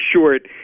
short